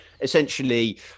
essentially